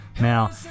Now